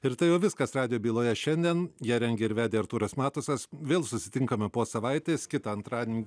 ir tai jau viskas radijo byloje šiandien ją rengė ir vedė artūras matusas vėl susitinkam po savaitės kitą antradienį